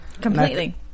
Completely